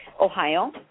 Ohio